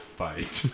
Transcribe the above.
fight